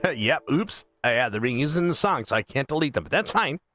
but yet groups i have the reuse and songs i can't delete them but bedtime